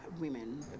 women